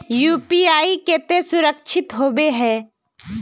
UPI केते सुरक्षित होबे है?